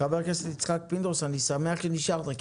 חבר הכנסת יצחק פינדרוס, אני שמח שנשארת.